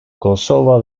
kosova